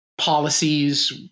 Policies